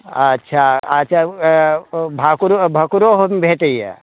अच्छा अच्छा भाकुरो भेटैए